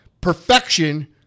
perfection